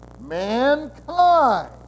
mankind